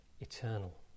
eternal